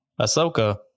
Ahsoka